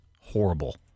horrible